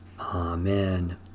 Amen